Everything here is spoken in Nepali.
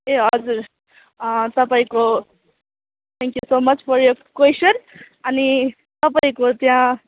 ए हजुर तपाईँको thank you so much for your question अनि तपाईँको त्यहाँ